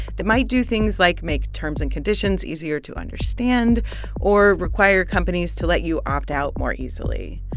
that might do things like make terms and conditions easier to understand or require companies to let you opt out more easily.